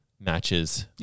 matches